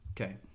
okay